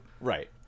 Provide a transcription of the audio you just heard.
Right